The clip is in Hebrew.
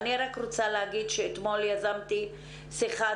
אני רק רוצה להגיד שאתמול יזמתי שיחת